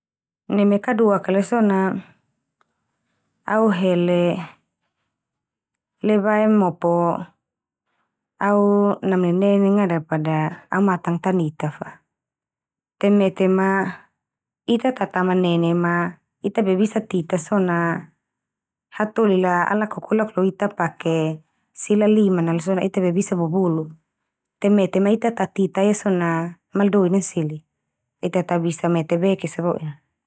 Neme kaduak iala so na au hele lebae mopo au namnenenga, daripada au matang tanita fa. Te mete ma ita ta tamanene ma ita be bisa tita so na, hatoli la ala kokolak lo ita pake sila liman nala so na ita be bisa bubuluk. Te mete ma, ita tatita ia so na maldoi nan seli, ita ta bisa mete bek esa bo'en.